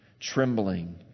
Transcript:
trembling